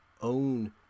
own